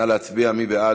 נא להצביע, מי בעד?